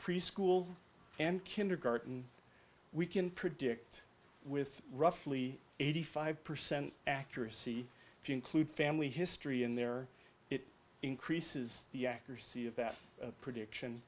preschool and kindergarten we can predict with roughly eighty five percent accuracy if you include family history in there it increases the accuracy of that prediction